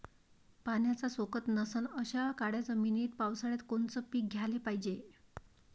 पाण्याचा सोकत नसन अशा काळ्या जमिनीत पावसाळ्यात कोनचं पीक घ्याले पायजे?